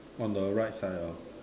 on the right side hor